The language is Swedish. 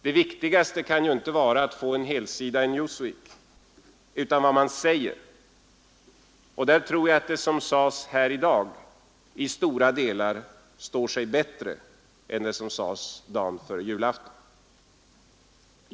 Det viktigaste kan ju inte vara att få en helsida i Newsweek, utan vad man säger. Jag tror att det som sagts här i dag i stora delar står sig bättre än det som sades dagen före julafton.